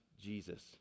Jesus